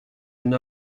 jeune